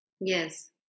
Yes